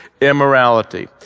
immorality